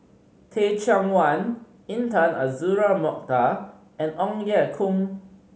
Teh Cheang Wan Intan Azura Mokhtar and Ong Ye Kung